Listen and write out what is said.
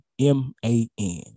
M-A-N